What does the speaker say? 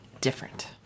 different